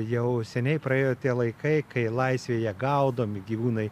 jau seniai praėjo tie laikai kai laisvėje gaudomi gyvūnai